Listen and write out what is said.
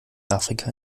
afrika